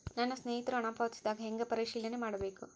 ನನ್ನ ಸ್ನೇಹಿತರು ಹಣ ಪಾವತಿಸಿದಾಗ ಹೆಂಗ ಪರಿಶೇಲನೆ ಮಾಡಬೇಕು?